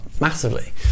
massively